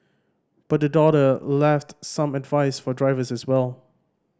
but the daughter left some advice for drivers as well